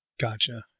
Gotcha